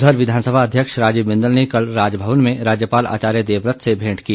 उधर विधानसभा अध्यक्ष राजीव बिंदल ने कल राजभवन में राज्यपाल आचार्य देवव्रत से भेंट की